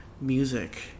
music